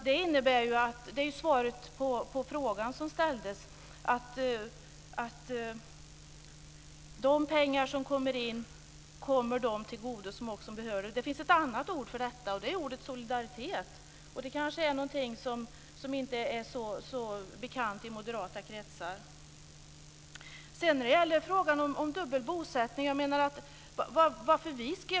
Det är ju svaret på frågan som ställdes. De pengar som kommer in kommer dem till godo som bäst behöver dessa. Det finns ett annat ord för detta, och det är ordet solidaritet. Det kanske är något som inte är så bekant i moderata kretsar. Sedan gäller det frågan om dubbel bosättning.